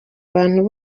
abantu